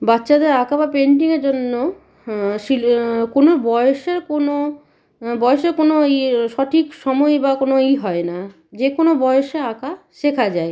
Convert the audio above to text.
বাচ্চাদের আঁকা বা পেন্টিংয়ের জন্য শিলি কোনো বয়েসের কোনো বয়েসের কোনো ইয়ে সঠিক সময় বা কোনো ই হয় না যে কোনো বয়েসে আঁকা শেখা যায়